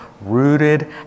rooted